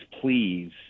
please